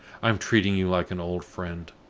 i am treating you like an old friend.